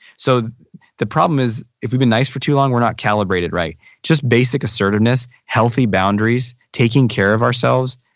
so the problem is if we been nice for too long we're not calibrated right. it's just basic assertiveness, healthy boundaries, taking care of ourselves.